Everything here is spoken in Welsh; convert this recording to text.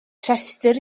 rhestr